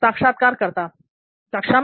साक्षात्कारकर्ता कक्षा में